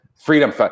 freedom